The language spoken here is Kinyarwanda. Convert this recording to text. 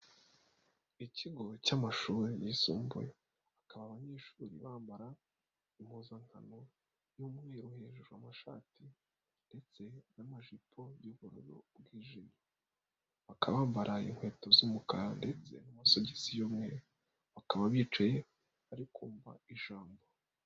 Ikigo cy'amashuri yisumbuye, bakaba abanyeshuri bambara impuzankano y'umweru hejuru amashati, ndetse n'amajipo y'ubururu bwijimye, bakaba bambara inkweto z'umukara ndetse n'amasogisi y'umweru. Bakaba bicaye bari kumvamva ijambo.